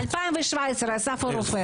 2017. אסף הרופא.